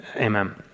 amen